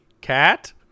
cat